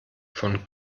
von